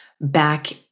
back